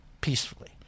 peacefully